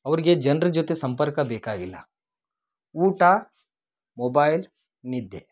ಅವ್ರ್ಗೆ ಜನ್ರ ಜೊತೆ ಸಂಪರ್ಕ ಬೇಕಾಗಿಲ್ಲ ಊಟ ಮೊಬೈಲ್ ನಿದ್ದೆ